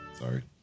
Sorry